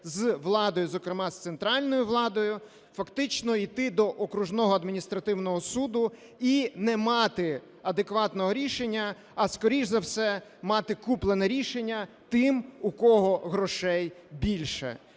з владою, зокрема, з центральною владою, фактично йти до Окружного адміністративного суду і не мати адекватного рішення, а скоріше за все мати куплене рішення тим, у кого грошей більше.